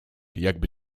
jakby